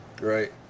Right